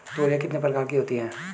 तोरियां कितने प्रकार की होती हैं?